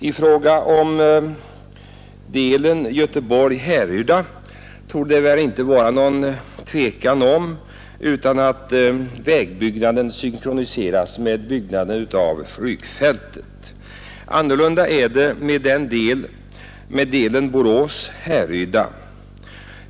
I fråga om delen Göteborg—-Härryda torde det inte råda något tvivel om att vägbyggnaden synkroniseras med byggnaden av flygfältet. Annorlunda är det med delen Borås--Härryda.